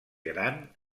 gran